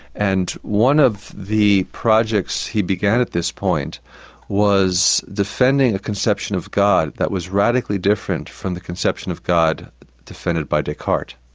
and one of the projects he began at this point was defending a conception of god that was radically different from the conception of god defended by descartes.